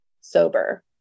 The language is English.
sober